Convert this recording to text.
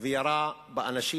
וירה באנשים.